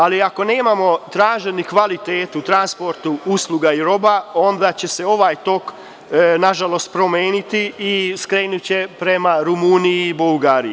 Ali, ako nemamo traženi kvalitet transporta usluga i roba, onda će se ovaj tok nažalost promeniti i skrenuće prema Rumuniji i Bugarskoj.